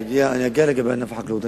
אני אגיע לענף החקלאות.